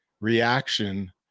reaction